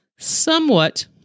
somewhat